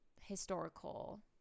historical